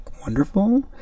wonderful